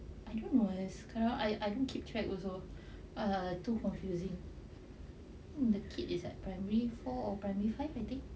I don't know I don't keep track also err too confusing the kid is at primary four or primary five I think